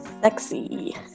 sexy